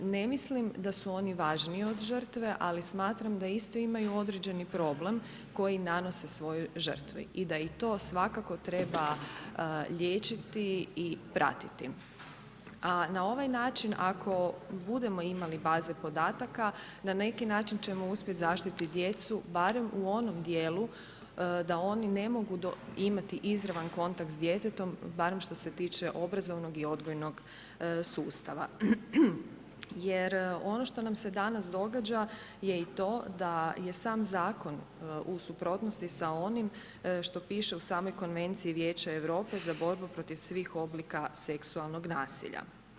Ne mislim da su oni važniji od žrtve ali smatram da isto imaju određeni problem koji nanose svojoj žrtvi i da i to svakako treba liječiti i pratiti a na ovaj način ako budemo imali baze podataka, na neki način ćemo uspjeti zaštititi djecu barem u onom djelu da oni ne mogu imati izravan kontakt s djetetom barem što se tiče obrazovanog i odgojnog sustava jer ono što nam se danas događa je i to da je sam zakon u suprotnosti s onim što piše u samoj Konvenciji Vijeća Europe za borbu protiv svih oblika seksualnog nasilja.